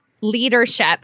leadership